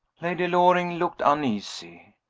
lady loring looked uneasy.